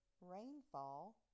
rainfall